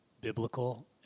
biblical